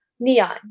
Neon